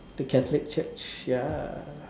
the Catholic Church ya